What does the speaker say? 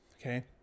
okay